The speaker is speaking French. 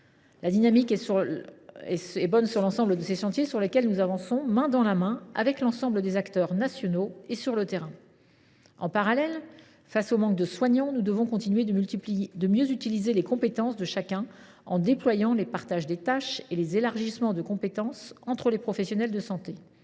La dynamique est bonne sur l’ensemble de ces chantiers, sur lesquels nous avançons main dans la main avec l’ensemble des acteurs nationaux et sur le terrain. En parallèle, face au manque de soignants, nous devons continuer de mieux utiliser les compétences de chacun en déployant les partages de tâches et les élargissements de compétences entre les professionnels de santé.